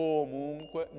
Comunque